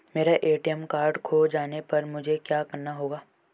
मेरा ATM card खो जाने पर मुझे क्या करना होगा?